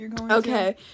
okay